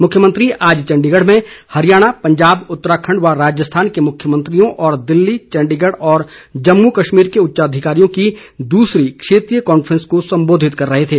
मुख्यमंत्री आज चण्डीगढ़ में हरियाणा पंजाब उत्तराखण्ड व राजस्थान के मुख्यमंत्रियों और दिल्ली चण्डीगढ़ तथा जम्मू कश्मीर के उच्चाधिकारियों की दूसरी क्षेत्रीय कांफ्रेस को सम्बोधित कर रहे थे